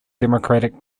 democratic